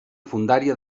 fondària